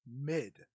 mid